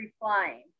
flying